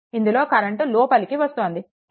ఇందులో కరెంట్ లోపలికి వస్తుంది 2